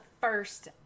first